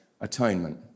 atonement